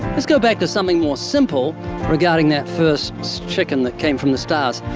let's go back to something more simple regarding that first chicken that came from the stars.